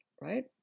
right